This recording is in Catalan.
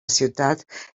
ciutat